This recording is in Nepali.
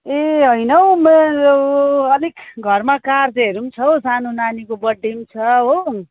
ए होइन हौ मेरो अलिक घरमा कार्यहरू पनि छ हौ सानो नानीको बर्डडे पनि छ हो